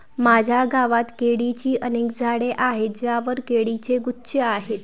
माझ्या गावात केळीची अनेक झाडे आहेत ज्यांवर केळीचे गुच्छ आहेत